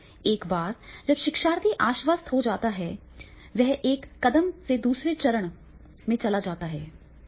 एक बार जब शिक्षार्थी आश्वस्त हो जाता है तो वह एक कदम से दूसरे चरण में चला जाता है